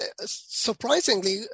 surprisingly